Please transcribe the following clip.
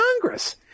Congress